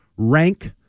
Rank